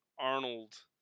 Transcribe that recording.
Arnold